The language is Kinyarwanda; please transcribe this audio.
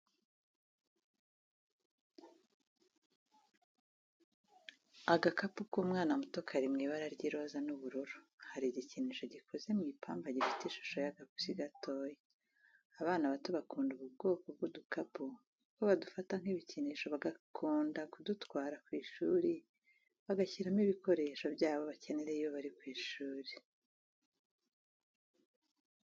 Agakapu k'umwana muto kari mw'ibara ry'iroza n'ubururu hari igikinisho gikoze mu ipamba gifite ishusho y'agapusi gatoya, abana bato bakunda ubu kwoko bw'udukapu kuko badufata nk'ibikinisho bagakunda kudutwara kw'ishuri bagashyiramo ibikoresho byabo bakenera iyo bari ku ishuri.